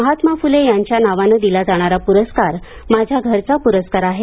महात्मा फुले यांच्या नावानं दिला जाणारा पुरस्कार माझ्या घरचा पुरस्कार आहे